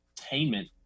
entertainment